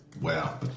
wow